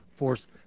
Force